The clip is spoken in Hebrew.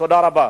תודה רבה.